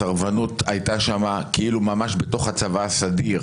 הסרבנות הייתה שם כאילו ממש בתוך הצבא הסדיר,